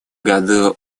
году